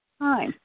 Hi